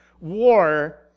war